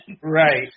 Right